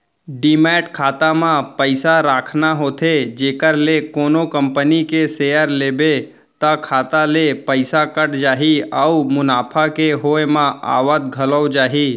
demat खाता म पइसा राखना होथे जेखर ले कोनो कंपनी के सेयर लेबे त खाता ले पइसा कट जाही अउ मुनाफा के होय म आवत घलौ जाही